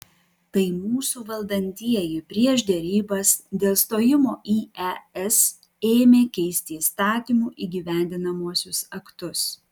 tai mūsų valdantieji prieš derybas dėl stojimo į es ėmė keisti įstatymų įgyvendinamuosius aktus